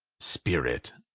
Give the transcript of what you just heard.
spirit,